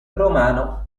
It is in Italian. romano